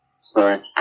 Sorry